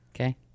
Okay